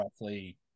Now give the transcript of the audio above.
roughly